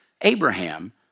Abraham